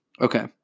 Okay